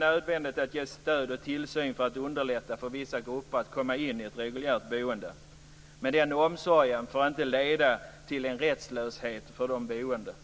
nödvändigt att ge stöd och tillsyn för att underlätta för vissa grupper att komma in i ett reguljärt boende. Men den omsorgen får inte leda till rättslöshet för de boende.